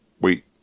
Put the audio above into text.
wait